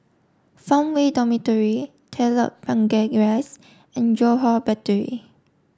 Farmway Dormitory Telok Blangah Rise and Johore Battery